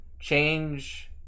change